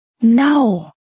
no